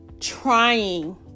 trying